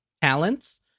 talents